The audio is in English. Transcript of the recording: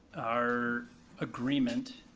our agreement,